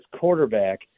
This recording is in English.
quarterback